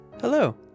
Hello